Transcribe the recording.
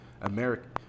American